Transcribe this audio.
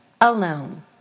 Alone